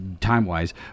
time-wise